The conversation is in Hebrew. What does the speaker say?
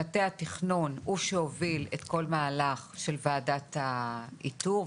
מטה התכנון הוא שהוביל את כל מהלך ועדת האיתור,